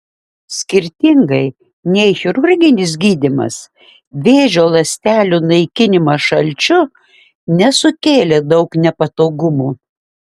skirtingai nei chirurginis gydymas vėžio ląstelių naikinimas šalčiu nesukėlė daug nepatogumų